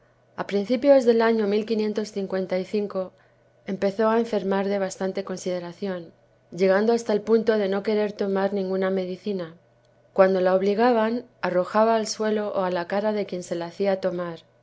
a principios del año empezó á enfermar de bastante consideracion llegando hasta el punto de no querer tomar ninguna medicina cuando la obligaban arrojaba al suelo ó á la cara de quien se la hacia tomar